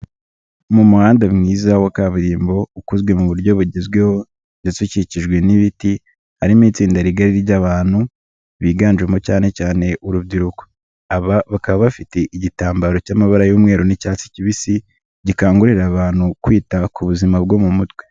Ni umuhanda mwiza wa kaburimbo ukozwe mu buryo bugezweho ndetse ukikijwe n'ibiti, harimo itsinda rigari ry'abantu biganjemo cyane cyane urubyiruko. Aba bakaba bafite igitambaro cy'amabara y'umweru n'icyatsi kibisi gikangurira abantu kwita ku buzima bwo mu mutwe.